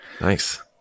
Nice